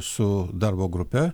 su darbo grupe